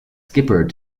skipper